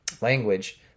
language